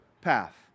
path